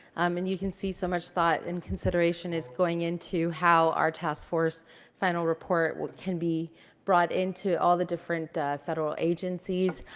um and you can see so much thought and consideration is going into how our task force final report can be brought into all the different federal agencies.